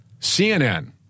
CNN